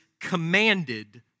commanded